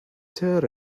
tear